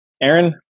Aaron